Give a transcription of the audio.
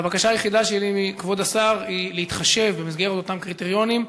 והבקשה היחידה שלי מכבוד השר היא להתחשב במסגרת אותם קריטריונים,